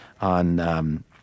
on –